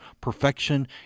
perfection